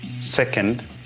Second